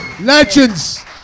Legends